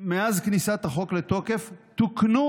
2019. מאז כניסת החוק לתוקף תוקנו